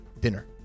dinner